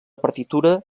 partitura